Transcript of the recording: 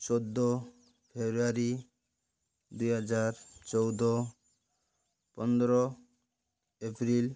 ଚଉଦ ଫେବୃଆରୀ ଦୁଇହଜାର ଚଉଦ ପନ୍ଦର ଏପ୍ରିଲ୍